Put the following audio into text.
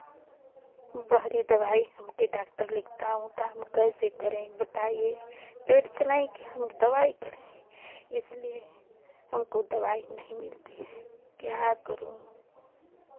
बाहरी दवाई हमके डॉक्टर लिखता हूं तो हम कैसे करें बताइए पेट चलाएं कि हम दवाई करें इसलिए हमको दवाई नहीं मिलती है क्या करूं